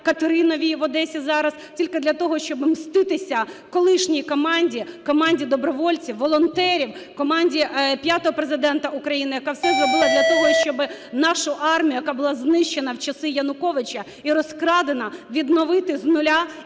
катери нові в Одесі зараз, тільки для того, щоб мститися колишній команді, команді добровольців, волонтерів, команді п'ятого Президента України, яка все зробила для того, щоби нашу армію, яка була знищена в часи Януковича і розкрадена, відновити з нуля